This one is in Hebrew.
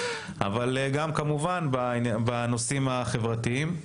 אבל גם כמובן בנושאים החברתיים.